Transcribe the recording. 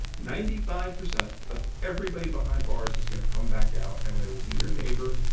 ninety five percent of everybody behind bars is gonna come back out. and they will be your neighbor.